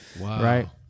right